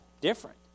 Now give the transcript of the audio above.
different